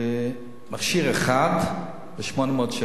מכשיר אחד ב-800 שקל.